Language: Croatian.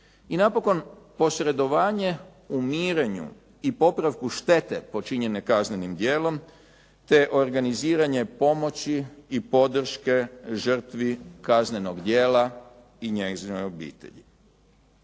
I napokon posredovanje u mirenju i popravku štete počinjene kaznenim djelom, te organiziranje pomoći i podrške žrtvi kaznenog djela i njezinoj obitelji.